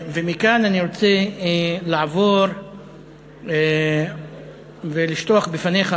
מכאן אני רוצה לעבור ולשטוח בפניך,